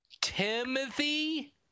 Timothy